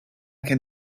can